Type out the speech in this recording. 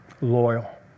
Loyal